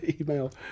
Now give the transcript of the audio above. Email